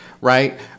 right